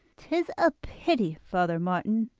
tis a pity, father martin,